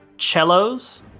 cellos